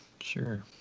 Sure